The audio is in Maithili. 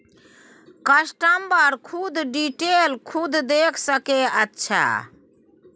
कस्टमर खुद डिटेल खुद देख सके अच्छा